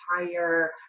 entire